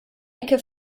ecke